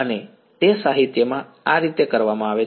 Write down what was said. અને તે સાહિત્યમાં આ રીતે કરવામાં આવે છે